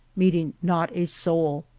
meeting not a soul.